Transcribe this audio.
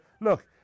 Look